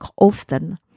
often